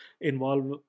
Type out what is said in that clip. involve